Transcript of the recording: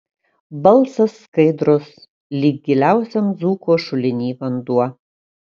balsas skaidrus lyg giliausiam dzūko šuliny vanduo